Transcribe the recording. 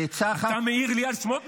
ובעצה אחת --- אתה מעיר לי על סמוטריץ'?